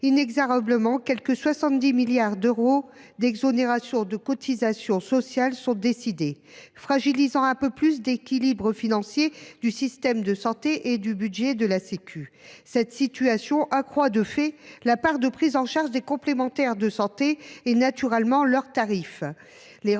inexorablement, quelque 70 milliards d’euros d’exonérations de cotisations sociales sont décidés, fragilisant un peu plus l’équilibre financier du système de santé et du budget de la sécurité sociale. Cette situation accroît de fait la part de la prise en charge des complémentaires santé, et naturellement leurs tarifs,